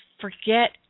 forget